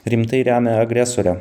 rimtai remia agresorę